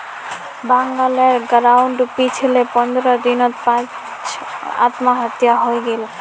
बगलेर गांउत पिछले पंद्रह दिनत पांच आत्महत्या हइ गेले